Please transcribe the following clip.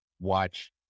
watch